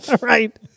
Right